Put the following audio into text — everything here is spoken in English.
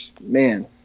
man